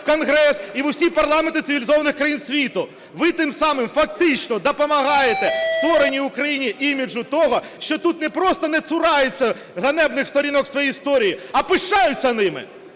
в Конгрес і в усі парламенти цивілізованих країн світу. Ви тим самим фактично допомагаєте створенню в Україні іміджу того, що тут не просто не цураються ганебних сторінок своєї історії, а пишаються ними.